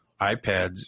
iPads